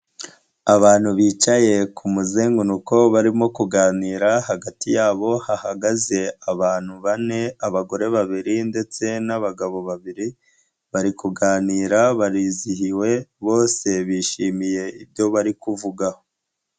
Abantu bicaye ku kumuzengunuko barimo kuganira, hagati yabo hahagaze abantu bane, abagore babiri ndetse n'abagabo babiri, bari kuganira barizihiwe bose bishimiye ibyo bari kuvugaho.